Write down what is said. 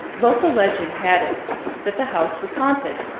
local legend had it that the house was haunted.